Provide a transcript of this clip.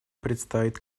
предстоит